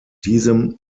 diesem